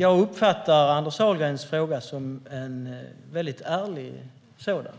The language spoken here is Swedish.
Jag uppfattar Anders Ahlgrens fråga som en ärlig sådan och att